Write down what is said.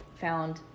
found